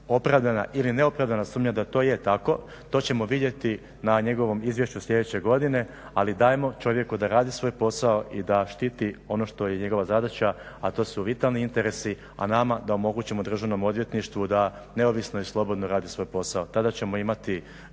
opravdana ili neopravdana sumnja da to je tako, to ćemo vidjeti na njegovom izvješću sljedeće godine, ali dajmo čovjeku da radi svoj posao i da štiti ono što je njegova zadaća, a to su vitalni interesi, a nama da omogućimo Državnom odvjetništvu da neovisno i slobodno radi svoj posao. Tada ćemo imati